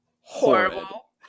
Horrible